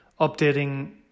updating